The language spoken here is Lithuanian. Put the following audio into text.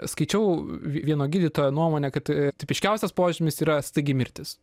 skaičiau vieno gydytojo nuomonę kad tipiškiausias požymis yra staigi mirtis